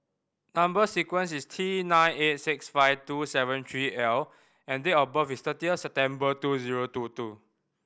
number sequence is T nine eight six five two seven three L and date of birth is thirty September two zero two two